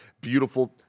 beautiful